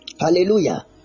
Hallelujah